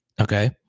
Okay